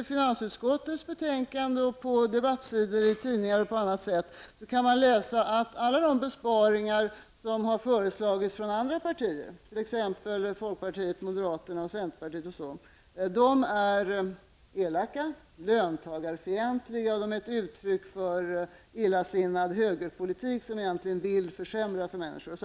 i finansutskottets betänkande, på debattsidor i tidningar och på annat sätt kan man utläsa att alla de besparingar som har föreslagits av andra partier, till exempel folkpartiet, moderaterna och centerpartiet, är elaka, löntagarfientliga, ett uttryck för illasinnad högerpolitik, som egentligen vill försämra för människor.